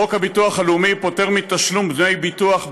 חוק הביטוח הלאומי פוטר מתשלום דמי ביטוח,